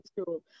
school